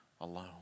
alone